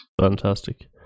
Fantastic